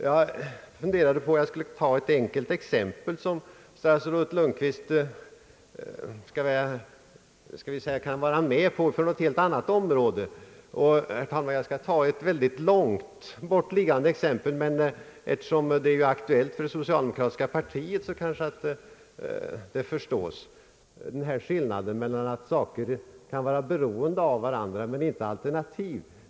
Jag skulle kunna ta ett enkelt exempel från ett helt annat område, som statsrådet Lundkvist kanske kunde godta. Det är inget näraliggande exempel i detta sammanhang, men eftersom det är aktuellt för det socialdemokratiska partiet kanske man förstår det bättre. Det är i varje fall ett exempel som kanske kan förklara att saker kan vara beroende av varandra utan att vara alternativ.